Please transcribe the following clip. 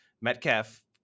Metcalf